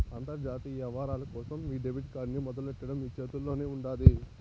అంతర్జాతీయ యవ్వారాల కోసం మీ డెబిట్ కార్డ్ ని మొదలెట్టడం మీ చేతుల్లోనే ఉండాది